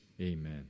Amen